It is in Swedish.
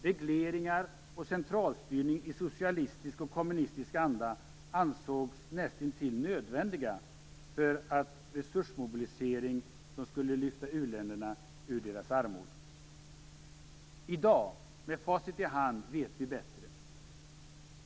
Regleringar och centralstyrning i socialistisk och kommunistisk anda ansågs näst intill nödvändiga för den resursmobilisering som skulle lyfta u-länderna ur deras armod. I dag, med facit i hand, vet vi bättre.